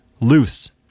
Loose